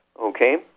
okay